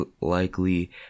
likely